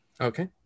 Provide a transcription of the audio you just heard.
Okay